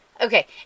Okay